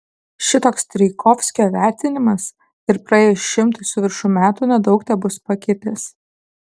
šitoks strijkovskio vertinimas ir praėjus šimtui su viršum metų nedaug tebus pakitęs